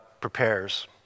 prepares